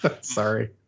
sorry